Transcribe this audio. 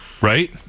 Right